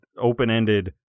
open-ended